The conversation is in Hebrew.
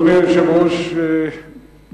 חבר הכנסת אריאל, בבקשה.